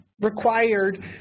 required